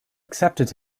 accepted